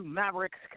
Maverick's